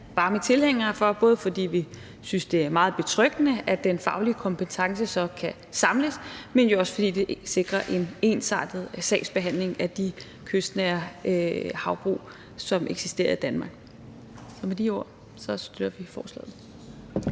varme tilhængere af, både fordi vi synes, det er meget betryggende, at den faglige kompetence så kan samles, men jo også fordi det sikrer en ensartet sagsbehandling af de kystnære havbrug, som eksisterer i Danmark. Og med de ord støtter vi forslaget.